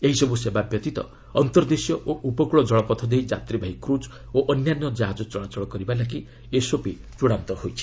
ଏହିସବୁ ସେବା ବ୍ୟତୀତ ଅନ୍ତର୍ଦେଶୀୟ ଓ ଉପକୂଳ ଜଳପଥ ଦେଇ ଯାତ୍ରୀବାହୀ କ୍ରୁଜ୍ ଓ ଅନ୍ୟାନ୍ୟ ଜାହାଜ ଚଳାଚଳ କରିବାପାଇଁ ଏସ୍ଓପି ଚୃଡ଼ାନ୍ତ ହୋଇଛି